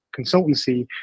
consultancy